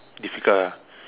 difficult ah